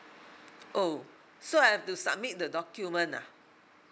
oh so I have to submit the document ah